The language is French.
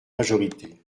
majorité